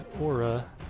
aura